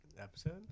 episode